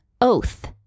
oath